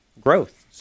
growth